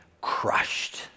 crushed